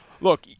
look